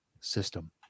system